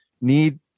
need